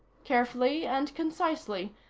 carefully and concisely,